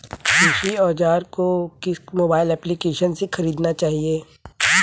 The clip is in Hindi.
कृषि औज़ार को किस मोबाइल एप्पलीकेशन से ख़रीदना चाहिए?